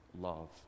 love